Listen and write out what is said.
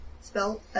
spell